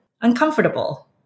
uncomfortable